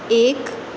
ایک